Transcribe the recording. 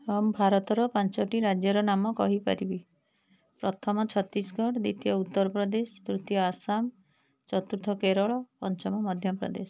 ହଁ ମୁଁ ଭାରତର ପାଞ୍ଚଟି ରାଜ୍ୟର ନାମ କହିପାରିବି ପ୍ରଥମ ଛତିଶଗଡ଼ ଦ୍ୱିତୀୟ ଉତ୍ତରପ୍ରଦେଶ ତୃତୀୟ ଆସାମ ଚତୁର୍ଥ କେରଳ ପଞ୍ଚମ ମଧ୍ୟପ୍ରଦେଶ